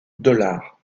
dollars